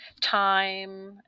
time